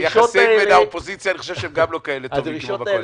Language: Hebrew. היחסים בין האופוזיציה אני חושב שהם גם לא כאלה טובים כמו בקואליציה.